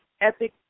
epic